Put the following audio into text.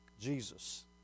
Jesus